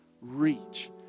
reach